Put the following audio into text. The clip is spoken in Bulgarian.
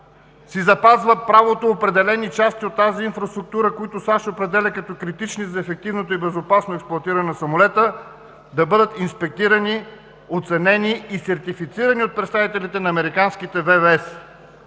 си запазва правото определени части от тази инфраструктура, които САЩ определя като критични за ефективното и безопасно експлоатиране на самолета, да бъдат инспектирани, оценени и сертифицирани от представителите на американските ВВС.